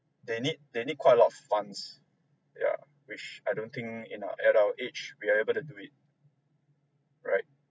they need they need quite of funds yeah which I don't think in our at our age we are able to do it right